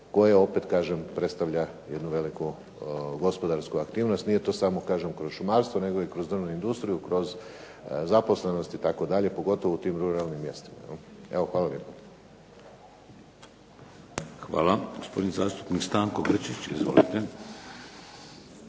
koje opet kažem predstavlja jednu veliku gospodarsku aktivnost. Nije to samo kažem kroz šumarstvo nego i kroz drvnu industriju, kroz zaposlenost itd. pogotovo u tim ruralnim mjestima. Evo hvala lijepo. **Šeks, Vladimir (HDZ)** Hvala. Gospodin zastupnik Stanko Grčić. Izvolite.